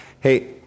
hey